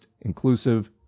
inclusive